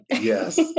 Yes